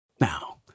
Now